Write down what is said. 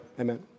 Amen